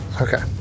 Okay